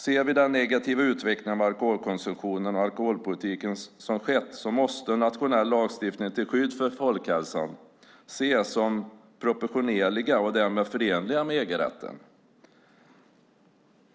Ser vi till den negativa utveckling av alkoholkonsumtionen och alkoholpolitiken som skett måste nationell lagstiftning till skydd för folkhälsan ses som proportionerliga och därmed förenliga med EG-rätten.